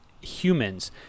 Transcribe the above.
humans